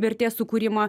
vertės sukūrimą